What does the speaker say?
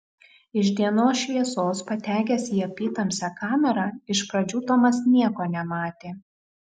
iš dienos šviesos patekęs į apytamsę kamerą iš pradžių tomas nieko nematė